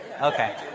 Okay